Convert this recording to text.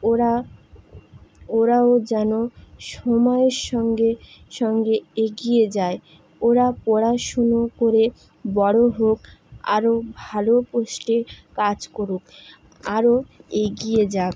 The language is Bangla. ওরা ওরাও যেন সময়ের সঙ্গে সঙ্গে এগিয়ে যায় ওরা পড়াশুনো করে বড়ো হোক আরও ভালো পোস্টে কাজ করুক আরও এগিয়ে যাক